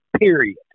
period